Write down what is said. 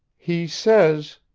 he says,